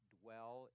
dwell